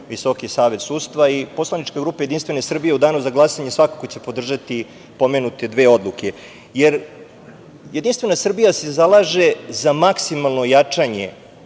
Visoki savet sudstva. Poslanička grupa Jedinstvene Srbije u danu za glasanje svakako će podržati pomenute odluke, jer Jedinstvena Srbija se zalaže za maksimalno jačanje